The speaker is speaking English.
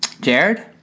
Jared